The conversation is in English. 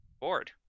bored